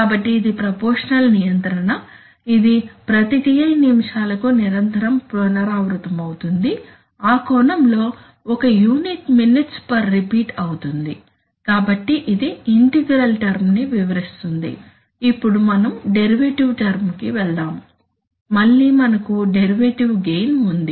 కాబట్టి ఇది ప్రపోర్షషనల్ నియంత్రణ ఇది ప్రతి Ti నిమిషాలకు నిరంతరం పునరావృతమవుతుంది ఆ కోణంలో ఒక యూనిట్ మినిట్స్ పర్ రిపీట్ అవుతుంది కాబట్టి ఇది ఇంటిగ్రల్ టర్మ్ ని వివరిస్తుంది ఇప్పుడు మనం డెరివేటివ్ టర్మ్ కి వెల్దాము మళ్ళీ మనకు డెరివేటివ్ గెయిన్ ఉంది